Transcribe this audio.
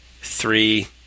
three